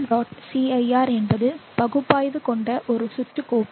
cir என்பது பகுப்பாய்வு கொண்ட ஒரு சுற்று கோப்பு